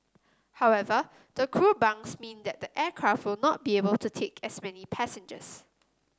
however the crew bunks mean that the aircraft not be able to take as many passengers